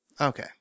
Okay